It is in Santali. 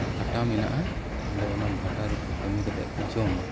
ᱵᱷᱟᱴᱟ ᱢᱮᱱᱟᱜᱼᱟ ᱟᱫᱚ ᱚᱱᱟ ᱵᱷᱟᱴᱟ ᱨᱮᱠᱚ ᱠᱟᱢᱤ ᱠᱟᱛᱮ ᱠᱚ ᱡᱚᱢᱟ